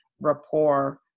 rapport